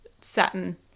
satin